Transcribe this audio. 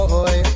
Boy